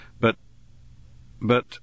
but—but—